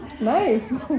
nice